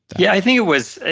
yeah i think it was,